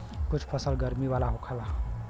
कुछ फसल गरमी वाला होला